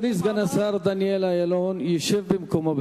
אדוני סגן השר דניאל אילון ישב במקומו,